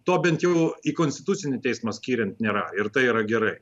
to bent jau į konstitucinį teismą skiriant nėra ir tai yra gerai